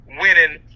winning